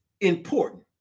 important